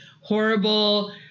horrible